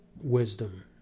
wisdom